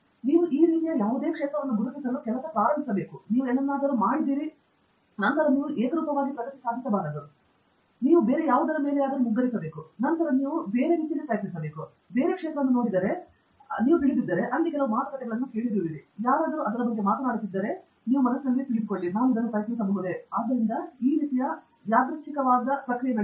ನೀವು ರೀತಿಯ ಯಾವುದೇ ಪ್ರದೇಶವನ್ನು ಗುರುತಿಸಲು ಕೆಲಸ ಪ್ರಾರಂಭಿಸಿ ನೀವು ಏನನ್ನಾದರೂ ಮಾಡಿದ್ದೀರಿ ನಂತರ ನೀವು ಏಕರೂಪವಾಗಿ ಪ್ರಗತಿ ಸಾಧಿಸಬಾರದು ನಂತರ ನೀವು ಬೇರೆ ಯಾವುದರ ಮೇಲೆ ಮುಗ್ಗರಿಸುತ್ತೀರಿ ನಂತರ ನೀವು ಬೇರೆ ಯಾವುದನ್ನಾದರೂ ಪ್ರಯತ್ನಿಸಿ ನಂತರ ನೀವು ಬೇರೆ ಪ್ರದೇಶವನ್ನು ನೋಡಿದರೆ ನೀವು ಕೆಲವು ಮಾತುಕತೆಗಳನ್ನು ಕೇಳುತ್ತೀರಿ ಯಾರಾದರೂ ಅದರ ಬಗ್ಗೆ ಮಾತನಾಡುತ್ತಿದ್ದೇನೆ ಅಥವಾ ನಾನು ಇದನ್ನು ಪ್ರಯತ್ನಿಸುತ್ತೇನೆ ಆದ್ದರಿಂದ ಇದು ರೀತಿಯ ಯಾದೃಚ್ಛಿಕವಾಗಿ ಹೋಗುತ್ತದೆ